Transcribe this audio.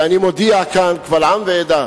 ואני מודיע כאן קבל עם ועדה: